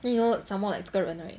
then you know some more like 这个人 right